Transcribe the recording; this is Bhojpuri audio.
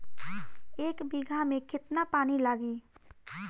एक बिगहा में केतना पानी लागी?